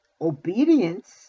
obedience